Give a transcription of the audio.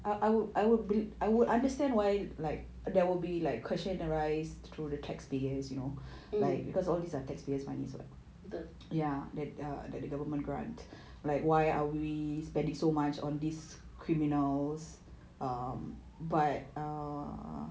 mmhmm